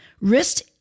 wrist